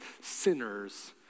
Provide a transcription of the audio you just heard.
sinners